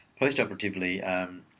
Postoperatively